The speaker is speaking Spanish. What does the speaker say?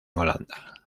holanda